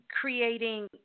creating